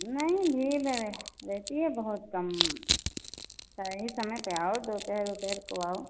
नहीं भीड़ ना रहे रहती है बहुत कम सही समय पर आओ दोपहर वोपहर को आओ